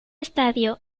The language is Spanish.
estadio